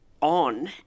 on